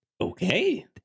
Okay